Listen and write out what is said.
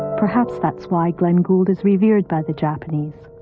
perhaps that's why glenn gould is revered by the japanese.